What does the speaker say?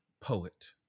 poet